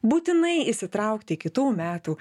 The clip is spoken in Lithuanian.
būtinai įsitraukti į kitų metų